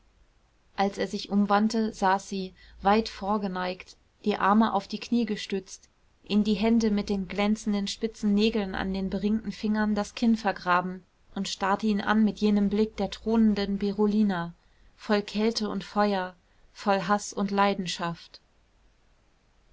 als er sich umwandte saß sie weit vorgeneigt die arme auf die knie gestützt in die hände mit den glänzenden spitzen nägeln an den beringten fingern das kinn vergraben und starrte ihn an mit jenem blick der thronenden berolina voll kälte und feuer voll haß und leidenschaft